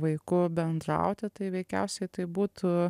vaiku bendrauti tai veikiausiai tai būtų